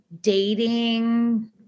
dating